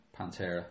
Pantera